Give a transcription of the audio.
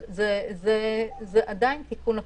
אבל זה עדיין תיקון עקיף,